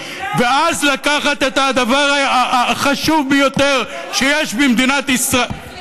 ואז לקחת את הדבר החשוב ביותר שיש במדינת ישראל,